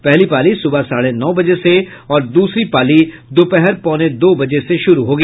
पहली पाली सुबह साढ़े नौ बजे से और दूसरी पाली दोपहर पौने दो बजे से शुरू होगी